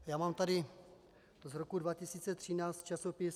Já mám tady z roku 2013 časopis